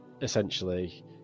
essentially